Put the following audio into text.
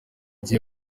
gihe